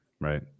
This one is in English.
right